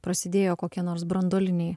prasidėjo kokie nors branduoliniai